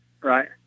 Right